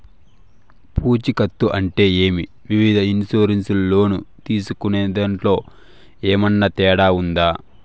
పూచికత్తు అంటే ఏమి? వివిధ ఇన్సూరెన్సు లోను తీసుకునేదాంట్లో ఏమన్నా తేడా ఉందా?